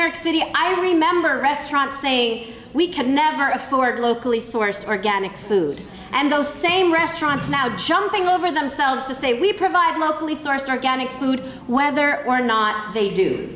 york city i remember a restaurant say we could never afford locally sourced organic food and those same restaurants now jumping over themselves to say we provide locally sourced organic food whether or not they do